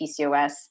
pcos